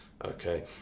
Okay